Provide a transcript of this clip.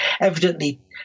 evidently